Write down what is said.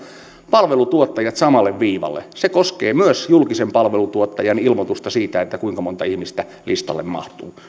palvelutuottajat samalle viivalle se koskee myös julkisen palvelutuottajan ilmoitusta siitä kuinka monta ihmistä listalle mahtuu nyt